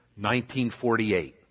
1948